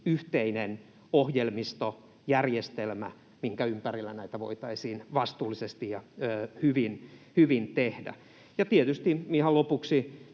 yhteinen ohjelmisto, järjestelmä, minkä ympärillä näitä voitaisiin vastuullisesti ja hyvin tehdä. Ja tietysti, ihan lopuksi,